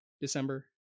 December